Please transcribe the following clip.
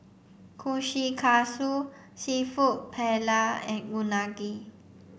Kushikatsu Seafood Paella and Unagi